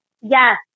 Yes